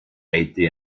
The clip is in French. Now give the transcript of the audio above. été